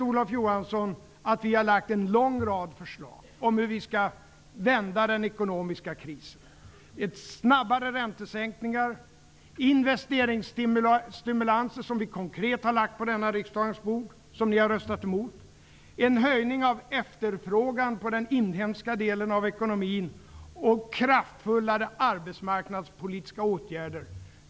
Olof Johansson vet att vi framlagt en lång rad förslag om hur man skall vända den ekonomiska krisen: snabbare räntesänkningar, investeringsstimulanser som vi konkret har lagt på denna riksdags bord, men som ni har röstat emot, en höjning av efterfrågan på den inhemska delen av ekonomin och kraftfullare arbetsmarknadspolitiska åtgärder.